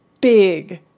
big